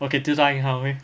okay 就答应她 meh